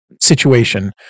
situation